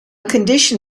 condition